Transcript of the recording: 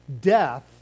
death